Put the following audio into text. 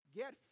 get